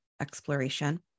exploration